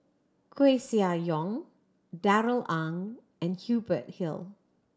Koeh Sia Yong Darrell Ang and Hubert Hill